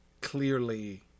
clearly